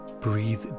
Breathe